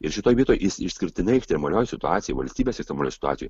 ir šitoj vietoj jis išskirtinai ekstremalioj situacijoj valstybės ekstremalioj situacijoj